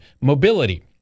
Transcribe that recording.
mobility